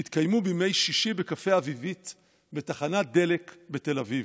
שהתקיימו בימי שישי בקפה אביבית בתחנת דלק בתל אביב.